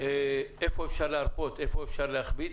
איפה אפשר להרפות ואיפה אפשר להכביד,